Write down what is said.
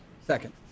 Second